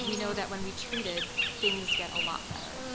we know that when we treat it, things get a lot better